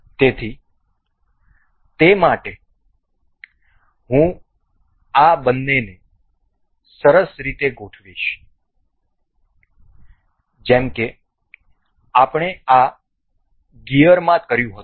તેથી તે માટે હું આ બંનેને સરસ રીતે ગોઠવીશ જેમ કે આપણે આ ગિયરમાં કર્યું છે